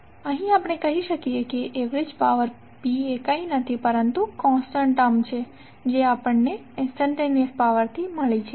તો આપણે કહી શકીએ કે એવરેજ પાવર P એ કંઇ નથી પરંતુ કોન્સ્ટન્ટ ટર્મ છે જે આપણને ઇંસ્ટંટેનીઅસ પાવર થી મળી છે